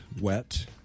wet